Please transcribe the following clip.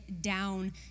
down